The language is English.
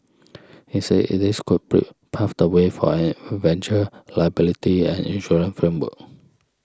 he said it is could pray pave the way for an eventual liability and insurance framework